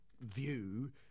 view